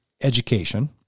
education